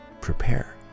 Prepare